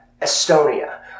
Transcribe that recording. Estonia